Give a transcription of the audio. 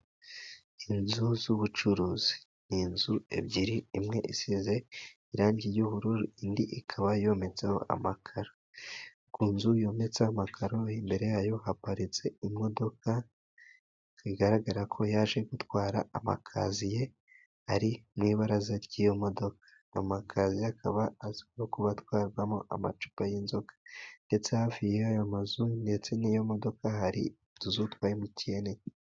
Inzu z'ubucuruzi. Ni inzu ebyiri. Imwe isize irangi ry'ubururu, indi ikaba yometseho amakaro. Ku nzu yometseho amakaro imbere yayo haparitse imodoka. Bigaragara ko yaje gutwara amakaziye ari mu ibaraza ry'iyo modoka. Amakaziye akaba azwiho kuba atwarwamo amacupa y'inzoga, ndetse hafi y'ayo mazu ndetse n'iyo modoka hari utuzu twa MTN.